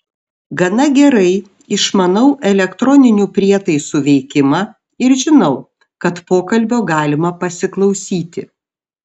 gana gerai išmanau elektroninių prietaisų veikimą ir žinau kad pokalbio galima pasiklausyti